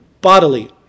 Bodily